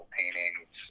paintings